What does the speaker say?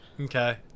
Okay